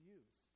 use